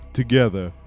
together